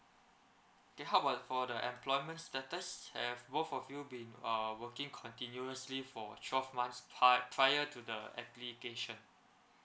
then how about for the employment status have both of you been uh working continuously for twelve months pri~ prior to the application